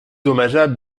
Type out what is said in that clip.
dommageable